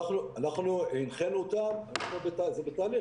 אנחנו הנחינו אותם, זה בתהליך.